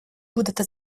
будете